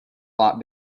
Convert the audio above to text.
lot